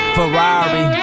Ferrari